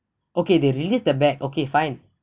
okay they released the bag okay fine